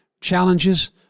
challenges